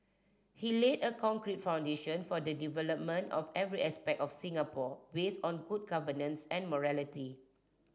he laid a concrete foundation for the development of every aspect of Singapore based on good governance and morality